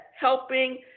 helping